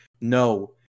no